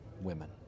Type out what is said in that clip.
women